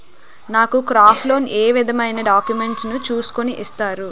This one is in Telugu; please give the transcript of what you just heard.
నాకు క్రాప్ లోన్ ఏ విధమైన డాక్యుమెంట్స్ ను చూస్కుని ఇస్తారు?